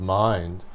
mind